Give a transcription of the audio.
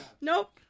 Nope